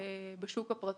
בשוק הפרטי,